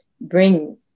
bring